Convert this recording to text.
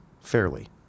fairly